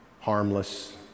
harmless